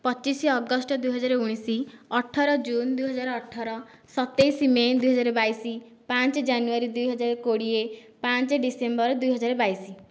ପଚିଶି ଅଗଷ୍ଟ ଦୁଇହଜାର ଉଣେଇଶି ଅଠର ଜୁନ ଦୁଇହଜାର ଅଠର ସତେଇଶି ମେ ଦୁଇହଜାର ବାଇଶି ପାଞ୍ଚେ ଜାନୁଆରୀ ଦୁଇହଜାର କୋଡ଼ିଏ ପାଞ୍ଚ ଡିସେମ୍ବର ଦୁଇହଜାର ବାଇଶି